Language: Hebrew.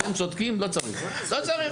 אתם צודקים, לא צריך.